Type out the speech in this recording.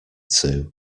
sue